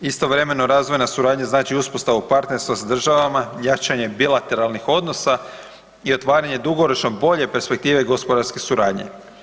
Istovremeno, razvojna suradnja znači uspostavu partnerstva sa državama, jačanje bilateralnih odnosa i otvaranje dugoročno bolje perspektive gospodarske suradnje.